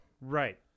Right